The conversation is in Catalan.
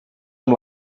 amb